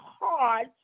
hard